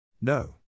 No